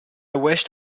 wished